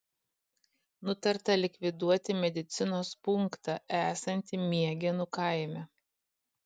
nutarta likviduoti medicinos punktą esantį miegėnų kaime